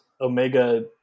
omega